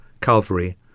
Calvary